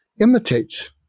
imitates